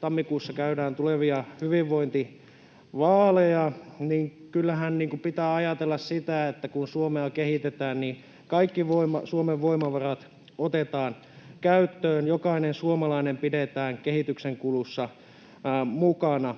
tammikuussa käydään tulevia hyvinvointivaaleja, niin kyllähän pitää ajatella sitä, että kun Suomea kehitetään, kaikki Suomen voimavarat otetaan käyttöön ja jokainen suomalainen pidetään kehityksen kulussa mukana.